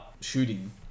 shooting